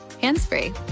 hands-free